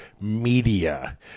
Media